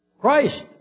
Christ